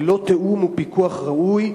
ללא תיאום ופיקוח ראויים.